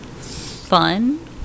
fun